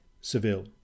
Seville